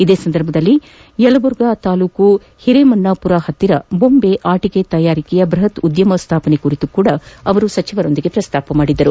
ಇದೇ ಸಂದರ್ಭದಲ್ಲಿ ಯಲಬುರ್ಗಾ ತಾಲೂಕಿನ ಹಿರೇಮನ್ನಾಪುರ ಬಳಿ ಬೊಂಬೆ ಆಟಿಕೆ ತಯಾರಿಕೆಯ ಬೃಹತ್ ಉದ್ಯಮ ಸ್ಥಾಪನೆ ಕುರಿತು ಅವರು ಸಚಿವರೊಂದಿಗೆ ಪ್ರಸ್ತಾಪಿಸಿದರು